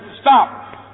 stop